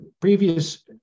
previous